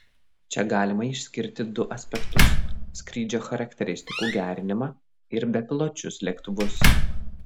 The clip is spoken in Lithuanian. čia galima išskirti du aspektus skrydžio charakteristikų gerinimą ir bepiločius lėktuvus